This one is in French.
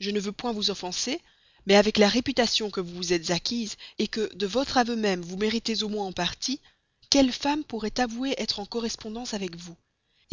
je ne veux point vous offenser mais avec la réputation que vous vous êtes acquise que de votre aveu même vous méritez du moins en partie quelle femme pourrait avouer être en correspondance avec vous